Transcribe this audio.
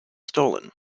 stolen